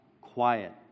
quiet